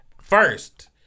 first